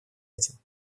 этим